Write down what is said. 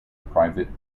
private